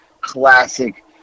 classic